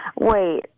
Wait